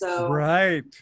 Right